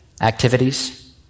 activities